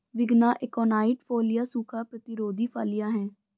विग्ना aconitifolia सूखा प्रतिरोधी फलियां हैं